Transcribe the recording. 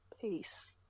peace